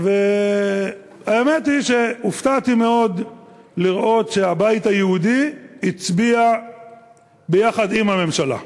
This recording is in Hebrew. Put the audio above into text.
האמת היא שהופתעתי מאוד לראות שהבית היהודי הצביע ביחד עם הממשלה,